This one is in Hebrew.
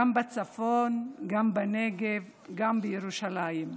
גם בצפון, גם בנגב, גם בירושלים.